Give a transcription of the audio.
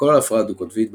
הכל על הפרעה דו-קוטבית,